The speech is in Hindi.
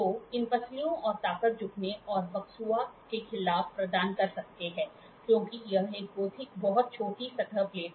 तो इन पसलियों और ताकत झुकने और बकसुआ के खिलाफ प्रदान कर सकते हैं क्योंकि यह एक बहुत छोटी सतह प्लेट है